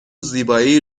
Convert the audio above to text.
زیبایی